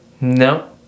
no